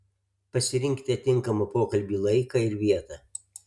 pasirinkite tinkamą pokalbiui laiką ir vietą